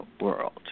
world